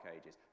Ages